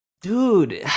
Dude